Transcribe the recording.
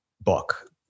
book